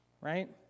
Right